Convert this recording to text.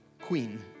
queen